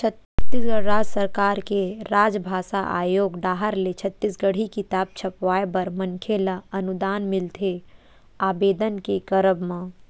छत्तीसगढ़ राज सरकार के राजभासा आयोग डाहर ले छत्तीसगढ़ी किताब छपवाय बर मनखे ल अनुदान मिलथे आबेदन के करब म